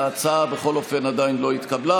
בכל אופן, ההצעה לא התקבלה.